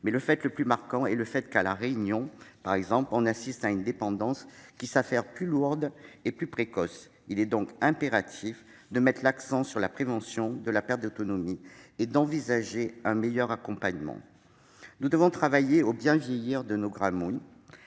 Mais le fait le plus marquant à La Réunion, par exemple, est que la dépendance s'avère toujours plus lourde et plus précoce. Il est donc impératif de mettre l'accent sur la prévention de la perte d'autonomie et d'envisager un meilleur accompagnement. Nous devons travailler au bien vieillir de nos, sur